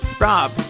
Rob